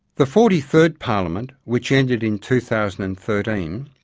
the forty-third parliament, which ended in two thousand and thirteen,